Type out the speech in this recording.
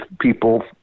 people